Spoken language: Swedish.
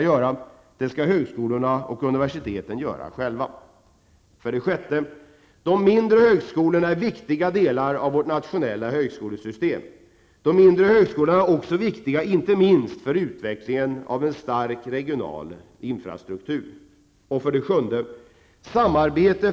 Hur skulle resurserna till de mindre och medelstora högskolorna påverkas av regeringens förslag? 7.